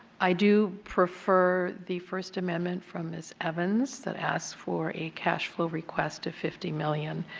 i do prefer the first amendment from ms. evans that asks for a cash flow request of fifty million